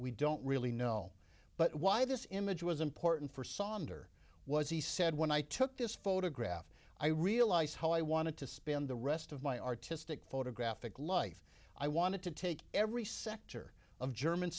we don't really know but why this image was important for sonder was he said when i took this photograph i realise how i wanted to spend the rest of my artistic photographic life i wanted to take every sector of german